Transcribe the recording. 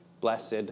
blessed